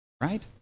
right